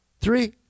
three